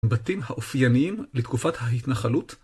בתים האופיינים לתקופת ההתנחלות